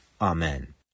Amen